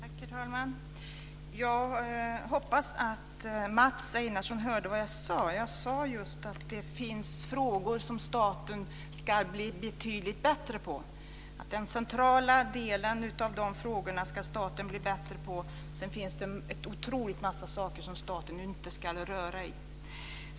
Herr talman! Jag hoppas att Mats Einarsson hörde vad jag sade. Jag sade just att det finns frågor som staten ska bli betydligt bättre på. Staten ska bli bättre på den centrala delen av frågorna. Sedan finns det en otrolig massa saker som staten inte ska röra i.